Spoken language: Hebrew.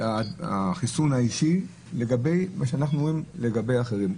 החיסון האישי ומה שאנחנו רואים לגבי אחרים.